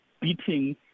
beating